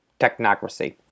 technocracy